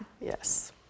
Yes